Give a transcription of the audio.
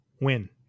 Win